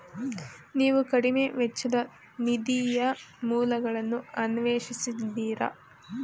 ನೀವು ಕಡಿಮೆ ವೆಚ್ಚದ ನಿಧಿಯ ಮೂಲಗಳನ್ನು ಅನ್ವೇಷಿಸಿದ್ದೀರಾ?